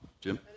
Jim